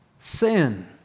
sin